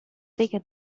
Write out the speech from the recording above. bigger